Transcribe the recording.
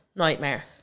nightmare